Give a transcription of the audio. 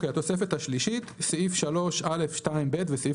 "התוספת השלישית (סעיף 3(א)(2)(ב) וסעיף